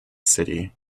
city